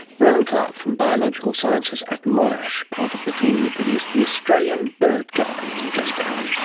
rohan clarke from biological sciences at monash, part of the team who produced the australian bird guide, just out